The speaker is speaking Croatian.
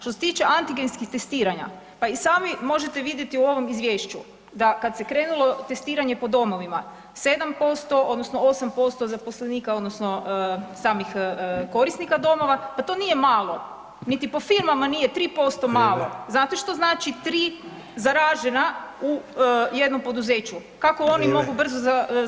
Što se tiče antigenskih testiranja, pa i sami možete vidjeti u ovom izvješću da kad se krenulo testiranje po domovima, 7% odnosno 8% zaposlenika odnosno samih korisnika domova pa to nije malo, niti po firmama nije 3% malo [[Upadica Sanader: Vrijeme.]] Znate što znači 3 zaražena u jednom poduzeću kako oni mogu brzo zaraziti druge.